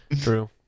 True